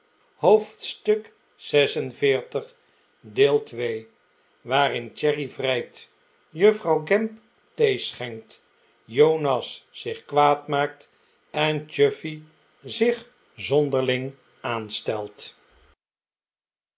hoofdstuk xl vi waarin cherry vrijt juffrouw gamp thee schenkt jonas zich kwaad maakt en chuffey zich zonderling aanstelt